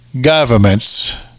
governments